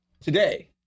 today